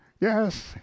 yes